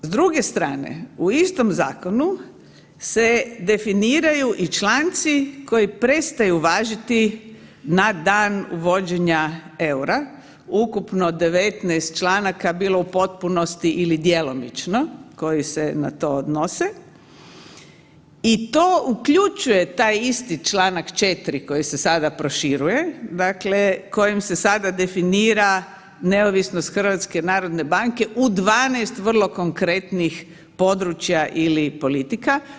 S druge strane u istom zakonu se definiraju i članci koji prestaju važiti na dan uvođenja eura, ukupno 19 članaka bilo u potpunosti ili djelomično koji se na to odnose i to uključuje taj isti čl. 4.koji se sada proširuje, kojim se sada definira neovisnost HNB-a u 12 vrlo konkretnih područja ili politika.